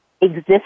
exist